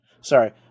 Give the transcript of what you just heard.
Sorry